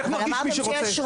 איך מרגיש מי שרוצה?